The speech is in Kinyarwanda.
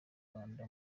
rwanda